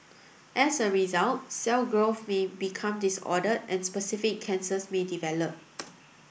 as a result cell growth may become disordered and specific cancers may develop